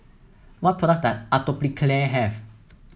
what product Atopiclair have